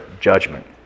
judgment